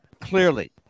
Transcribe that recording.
clearly